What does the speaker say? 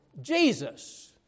Jesus